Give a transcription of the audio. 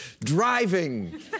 driving